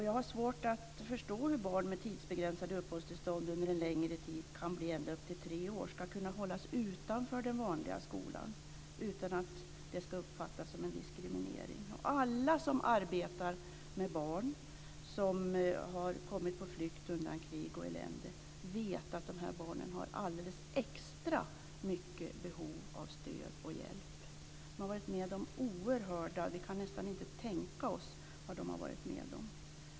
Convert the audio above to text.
Jag har svårt att förstå hur barn med tidsbegränsade uppehållstillstånd - det kan bli upp till tre år - ska kunna hållas utanför den vanliga skolan utan att det uppfattas som en diskriminering. Alla som arbetar med barn som har kommit hit, på flykt undan krig och elände, vet att dessa barn har extra mycket behov av stöd och hjälp. Vi kan nästan inte tänka oss de oerhörda händelser som de har varit med om.